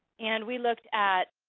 and we looked at